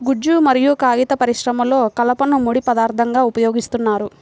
గుజ్జు మరియు కాగిత పరిశ్రమలో కలపను ముడి పదార్థంగా ఉపయోగిస్తున్నారు